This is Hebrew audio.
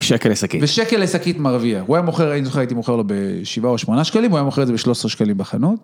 שקל לסקית, זה שקל לסקית מרביע, הוא היה מוכר, אני זוכר הייתי מוכר לו בשבעה או שמונה שקלים, הוא היה מוכר את זה 13 שקלים בחנות.